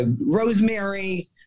Rosemary